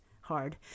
hard